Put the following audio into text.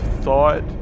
thought